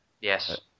Yes